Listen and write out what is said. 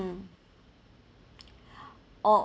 mm oh